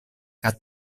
kaj